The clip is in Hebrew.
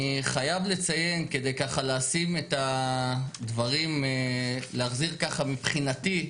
אני חייב לציין כדי לשים את הדברים במוקד מבחינתי,